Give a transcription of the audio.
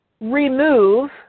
remove